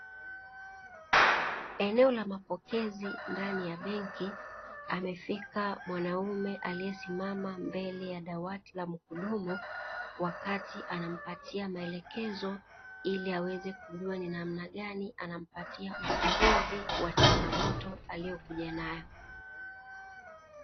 Eneo la mapokezi ndani ya benki amefika mwanaume aliyesimama mbele ya dawati la mhudumu wakati anampatia maelekezo, ili aweze kugundua ni namna gani anampatia ufunguzi wa changamoto aliyokuja nayo.